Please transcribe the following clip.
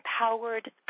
empowered